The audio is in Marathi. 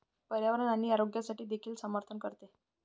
पर्यावरण आणि आरोग्यासाठी देखील समर्थन करते